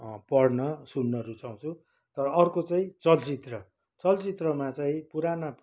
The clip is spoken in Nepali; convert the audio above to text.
पढ्न सुन्न रुचाउँछु र अर्को चाहिँ चलचित्र चलचित्रमा चाहिँ पुराना